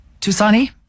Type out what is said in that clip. Tusani